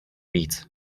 víc